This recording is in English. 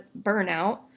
burnout